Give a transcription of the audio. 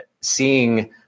seeing